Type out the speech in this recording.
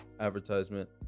advertisement